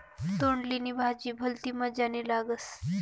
तोंडली नी भाजी भलती मजानी लागस